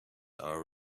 are